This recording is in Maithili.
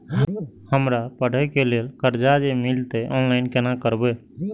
हमरा पढ़े के लेल कर्जा जे मिलते ऑनलाइन केना करबे?